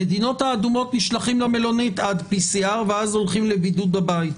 החוזרים ממדינות אדומות נשלחים למלונית עד PCR ואז הולכים לבידוד בבית.